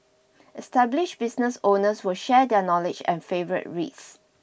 established business owners will share their knowledge and favourite reads